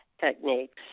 techniques